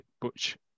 Butch